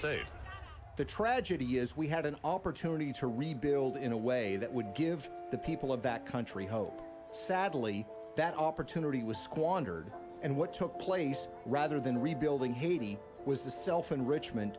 state the tragedy is we had an opportunity to rebuild in a way that would give the people of that country hope sadly that opportunity was squandered and what took place rather than rebuilding haiti was the self in richmond